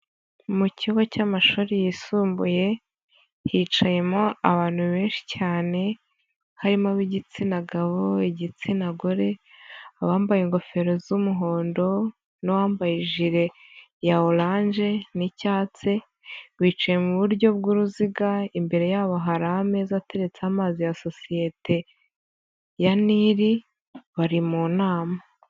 Mu kigo cy'amashuri yisumbuye hicayemo abantu benshi cyane harimo ab'igitsina gabo, igitsina gore, abambaye ingofero z'umuhondo n'uwambaye ijire ya oranje n'icyatsi bicaye mu buryo bw'uruziga, imbere yabo hari ameza ateretse amazi ya sosiyete ya nili bari mu nama.